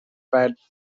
provide